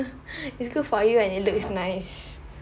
is good for you and it looks nice